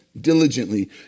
diligently